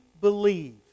believe